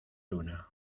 luna